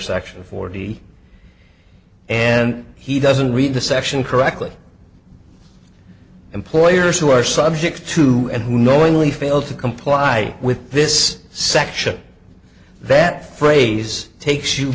section forty and he doesn't read the section correctly employers who are subject to and who knowingly fail to comply with this section that phrase takes you